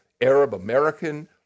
Arab-American